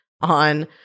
on